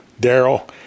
Daryl